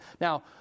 Now